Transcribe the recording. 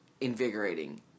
invigorating